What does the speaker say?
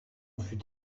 fut